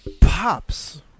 Pops